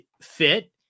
fit